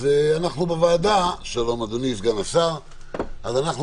הוועדה נותנת